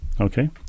Okay